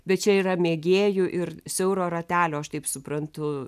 bet čia yra mėgėjų ir siauro ratelio aš taip suprantu